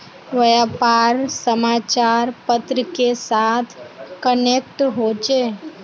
व्यापार समाचार पत्र के साथ कनेक्ट होचे?